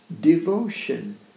devotion